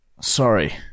Sorry